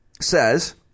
says